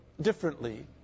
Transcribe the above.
differently